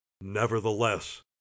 Nevertheless